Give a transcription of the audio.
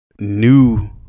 new